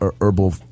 herbal